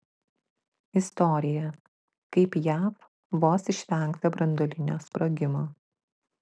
istorija kaip jav vos išvengta branduolinio sprogimo